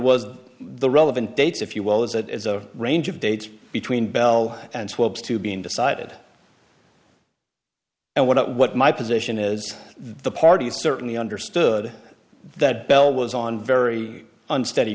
was the relevant dates if you will as it is a range of dates between bell and swabs to being decided and what what my position is the parties certainly understood that bell was on very unsteady